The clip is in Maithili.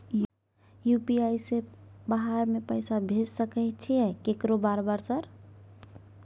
यु.पी.आई से बाहर में पैसा भेज सकय छीयै केकरो बार बार सर?